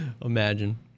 Imagine